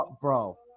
bro